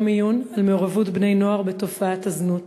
יום עיון על מעורבות בני-נוער בתופעת הזנות.